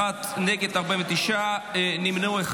בעד, 31, נגד, 49, נמנע אחד.